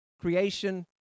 creation